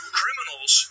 criminals